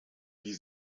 wie